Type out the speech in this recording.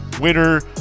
winner